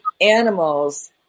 animals